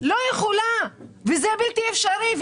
זה בלתי-אפשרי.